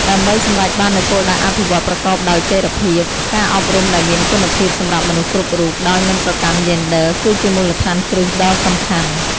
ដើម្បីសម្រេចបាននូវគោលដៅអភិវឌ្ឍន៍ប្រកបដោយចីរភាព ការអប់រំដែលមានគុណភាពសម្រាប់មនុស្សគ្រប់រូបដោយមិនប្រកាន់យេនឌ័រ គឺជាមូលដ្ឋានគ្រឹះដ៏សំខាន់។